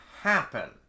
happen